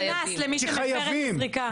כי יש קנס למי שמפר את הזריקה.